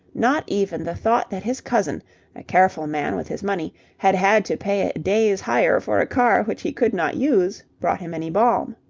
not even the thought that his cousin, a careful man with his money, had had to pay a day's hire for a car which he could not use brought him any balm.